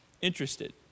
interested